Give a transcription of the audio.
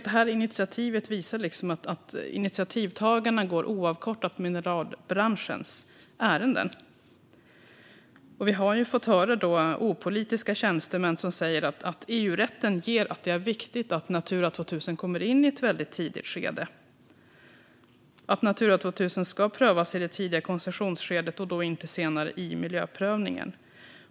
Det här initiativet tycker jag visar att initiativtagarna oavkortat går mineralbranschens ärenden. Vi har hört opolitiska tjänstemän som säger att EU-rätten ger att det är viktigt att Natura 2000 kommer in i ett väldigt tidigt skede, att Natura 2000 ska prövas i det tidiga koncessionsskedet och inte senare i miljöprövningen.